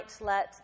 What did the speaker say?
let